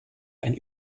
ein